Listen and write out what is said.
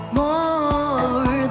more